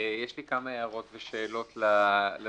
יש לי כמה הערות ושאלות לסעיף.